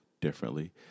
differently